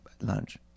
Lunch